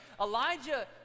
Elijah